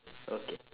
okay